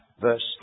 verse